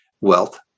wealth